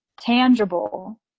tangible